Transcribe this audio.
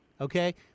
okay